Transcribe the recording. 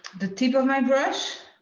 the tip of my brush,